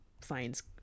finds